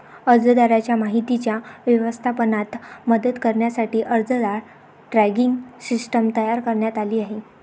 अर्जदाराच्या माहितीच्या व्यवस्थापनात मदत करण्यासाठी अर्जदार ट्रॅकिंग सिस्टीम तयार करण्यात आली आहे